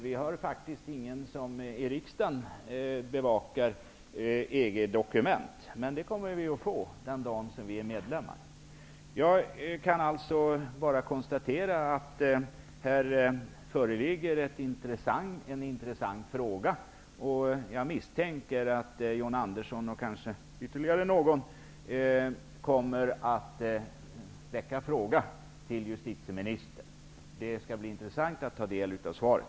Vi har faktiskt ingen i riksdagen som bevakar EG dokument, men det kommer vi att få den dag Jag kan alltså bara konstatera att det föreligger en intressant fråga, och jag misstänker att John Andersson och kanske ytterligare någon ledamot kommer att ställa en fråga till justitieministern om detta. Det skall bli intressant att ta del av svaret.